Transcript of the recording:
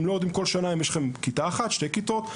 הם לא יודעים כל שנה כמה כיתות יהיו להם.